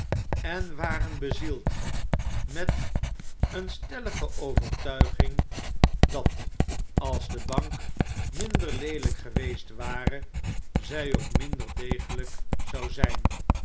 en waren bezield met eene stellige overtuiging dat als de bank minder leelijk geweest ware zjj ook minder degelijk zou zip